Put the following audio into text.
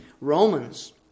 Romans